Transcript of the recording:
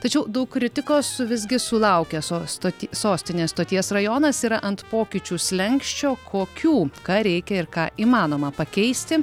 tačiau daug kritikos visgi sulaukęs sos stoty sostinės stoties rajonas yra ant pokyčių slenksčio kokių ką reikia ir ką įmanoma pakeisti